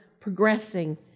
progressing